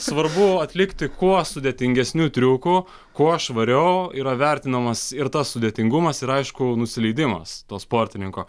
svarbu atlikti kuo sudėtingesnių triukų kuo švariau yra vertinamas ir tas sudėtingumas ir aišku nusileidimas to sportininko